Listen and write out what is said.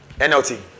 NLT